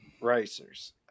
racers